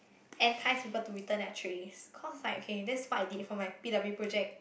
entice people to return their trays cause like K that's what I did for my P_W project